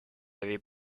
avait